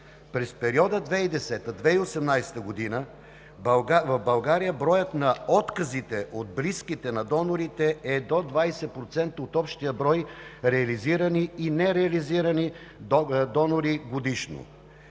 През периода 2010 – 2018 г. в България броят на отказите от близките на донорите е до 20% годишно от общия брой на реализирани и нереализирани донори. Една